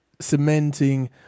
cementing